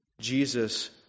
Jesus